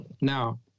Now